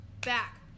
back